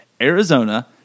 Arizona